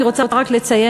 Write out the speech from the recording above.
אני רוצה רק לציין,